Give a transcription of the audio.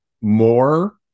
more